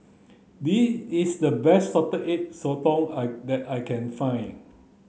this is the best salted egg sotong I that I can find